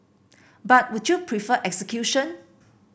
but would you prefer execution